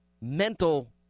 mental